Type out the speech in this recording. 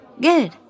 Good